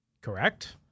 Correct